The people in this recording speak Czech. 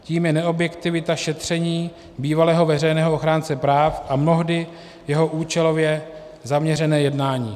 Tím je neobjektivita šetření bývalého veřejného ochránce práv a mnohdy jeho účelově zaměřené jednání.